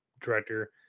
director